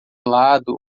lado